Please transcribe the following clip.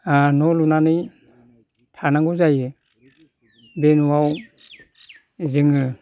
न' लुनानै थानांगौ जायो बे न'आव जोङो